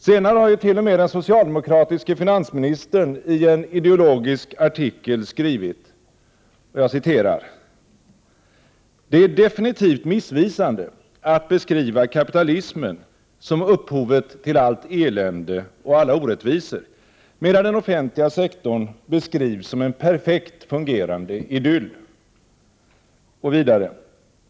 Senare har ju t.o.m. den socialdemokratiske finansministern i en ideologisk artikel skrivit: ”Det är definitivt missvisande att beskriva kapitalismen som upphovet till allt elände och alla orättvisor, medan den offentliga sektorn beskrivs som en perfekt fungerande idyll.